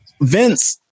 Vince